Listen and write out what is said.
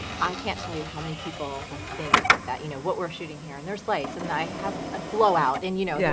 i can't tell you how many people will think that, you know, what we're shooting here, and there's lights and i have a blowout and, you know, yeah.